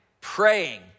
praying